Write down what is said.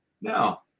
No